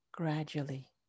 gradually